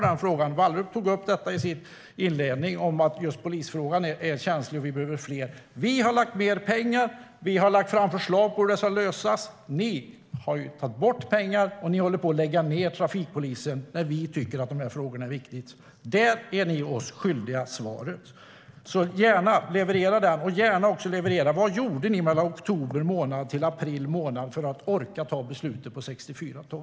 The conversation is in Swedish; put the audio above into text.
Emma Wallrup tog i sitt anförande upp just att polisfrågan är känslig och att vi behöver fler poliser. Vi har avsatt mer pengar och har lagt fram ett förslag på lösning. Ni har tagit bort pengar och håller på att lägga ned trafikpolisen, medan vi tycker att den här frågan är viktig. Här är ni oss svaret skyldiga. Leverera det, och gärna också vad ni gjorde mellan oktober månad och april månad för att orka ta beslutet om 64 ton.